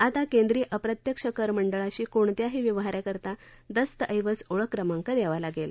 आता केंद्रीय अप्रत्यक्ष कर मंडळाशी कोणत्याही व्यवहाराकरता दस्तऐवज ओळखक्रमांक द्यावा लागेल